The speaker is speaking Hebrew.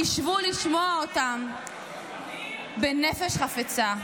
תשבו לשמוע אותם בנפש חפצה,